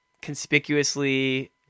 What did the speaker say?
conspicuously